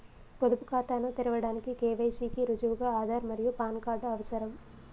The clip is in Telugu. పొదుపు ఖాతాను తెరవడానికి కే.వై.సి కి రుజువుగా ఆధార్ మరియు పాన్ కార్డ్ అవసరం